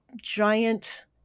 giant